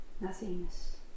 nothingness